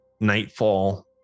nightfall